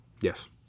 Yes